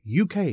UK